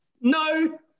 No